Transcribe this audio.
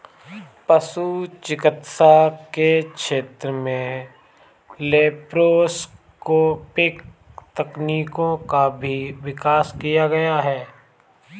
पशु चिकित्सा के क्षेत्र में लैप्रोस्कोपिक तकनीकों का भी विकास किया गया है